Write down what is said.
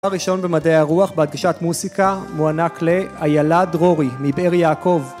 תואר ראשון במדעי הרוח בהדגשת מוסיקה, מוענק ל..איילה דרורי מבאר יעקב